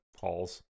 halls